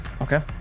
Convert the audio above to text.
Okay